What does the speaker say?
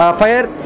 fire